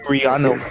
Rihanna